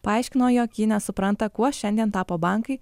paaiškino jog ji nesupranta kuo šiandien tapo bankai